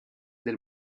del